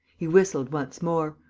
he whistled once more.